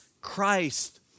Christ